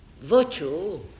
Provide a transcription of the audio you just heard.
virtue